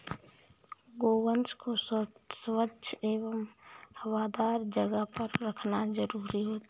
गोवंश को स्वच्छ एवं हवादार जगह पर रखना जरूरी रहता है